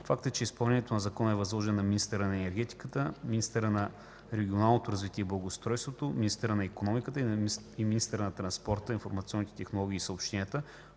Фактът, че изпълнението на Закона е възложено на министъра на енергетиката, министъра на регионалното развитие и благоустройството, министъра на икономиката и министъра на транспорта, информационните технологии и съобщенията,